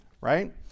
right